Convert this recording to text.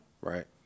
Right